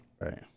Right